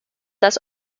das